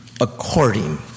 according